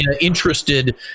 interested